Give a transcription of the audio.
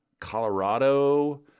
Colorado